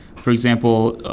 for example,